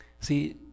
See